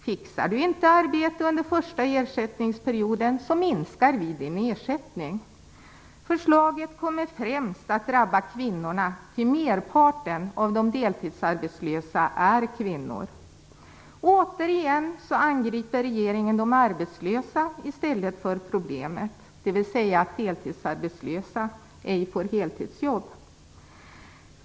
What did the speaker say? Fixar man inte arbete under den första ersättningsperioden, minskar ersättningen. Förslaget kommer främst att drabba kvinnorna. Merparten av de deltidsarbetslösa är kvinnor. Åter igen angriper regeringen de arbetslösa i stället för problemet, dvs. att deltidsarbetslösa ej får heltidsjobb.